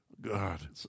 God